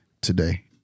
today